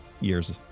years